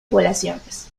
poblaciones